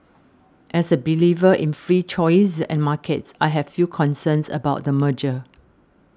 as a believer in free choice and markets I have few concerns about the merger